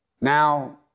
Now